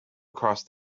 across